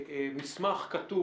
אני מבקש מסמך כתוב,